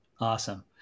Awesome